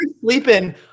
sleeping